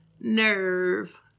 nerve